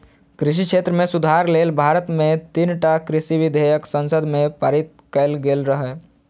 कृषि क्षेत्र मे सुधार लेल भारत मे तीनटा कृषि विधेयक संसद मे पारित कैल गेल रहै